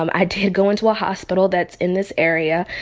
um i did go into a hospital that's in this area,